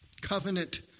covenant